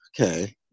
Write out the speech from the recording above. okay